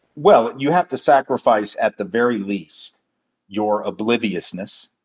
well, you have to sacrifice at the very least your obliviousness,